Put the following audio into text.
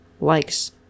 likes